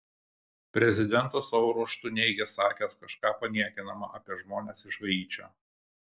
prezidentas savo ruožtu neigė sakęs kažką paniekinama apie žmones iš haičio